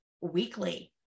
weekly